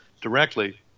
directly